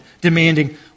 demanding